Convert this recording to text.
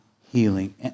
healing